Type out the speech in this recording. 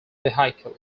vehicle